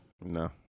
No